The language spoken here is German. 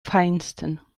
feinsten